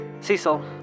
Cecil